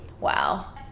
wow